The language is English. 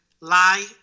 lie